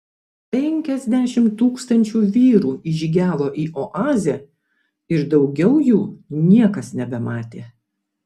penkiasdešimt tūkstančių vyrų įžygiavo į oazę ir daugiau jų niekas nebematė